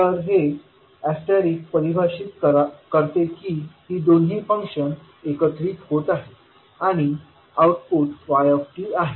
तर हे परिभाषित करते की ही दोन्ही फंक्शन्स एकत्रित होत आहेत आणि आउटपुट y आहे